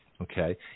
okay